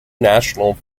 national